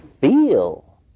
feel